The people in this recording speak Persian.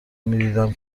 میدیدم